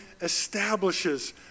establishes